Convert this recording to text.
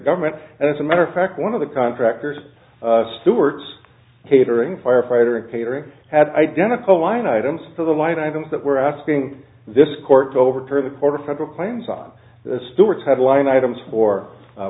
government and as a matter of fact one of the contractors stewart's catering firefighter catering had identical line items to the line items that were asking this court to overturn the court or federal plans on the stewart's headline items for